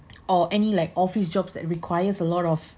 or any like office jobs that requires a lot of